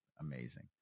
amazing